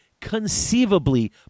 conceivably